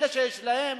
אלה שיש להם,